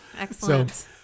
Excellent